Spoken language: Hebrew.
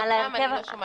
חברת הכנסת פרידמן,